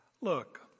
Look